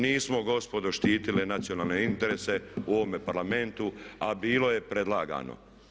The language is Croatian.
Nismo gospodo štitili nacionalne interese u ovome Parlamentu a bilo je predlagano.